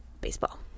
baseball